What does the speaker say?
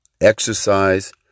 exercise